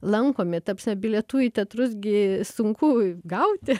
lankomi ta prasme bilietų į teatrus gi sunku gauti